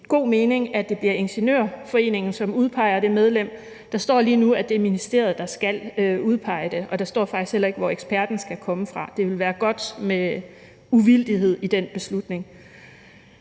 god mening, at det bliver Ingeniørforeningen, som udpeger det medlem. Der står lige nu, at det er ministeriet, der skal udpege det medlem, og der står faktisk ikke, hvor eksperten skal komme fra. Det ville være godt med uvildighed i den beslutning.